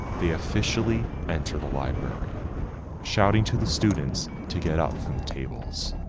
they officially enter the library shouting to the students to get up from the tables.